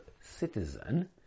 citizen